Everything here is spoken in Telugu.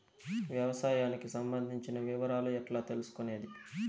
వ్యవసాయానికి సంబంధించిన వివరాలు ఎట్లా తెలుసుకొనేది?